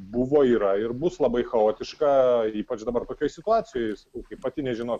buvo yra ir bus labai chaotiška ir ypač dabar tokioj situacijoj kai pati nežino